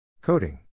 coding